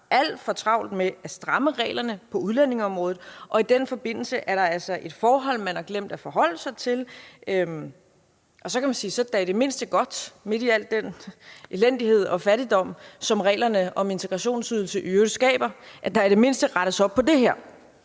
alt for travlt med at stramme reglerne på udlændingeområdet, og i den forbindelse er der altså et forhold, man har glemt at forholde sig til. Så kan man sige, at det i det mindste er godt midt i al den elendighed og fattigdom, som reglerne om integrationsydelse i øvrigt skaber, at der rettes op på det her.